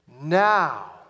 Now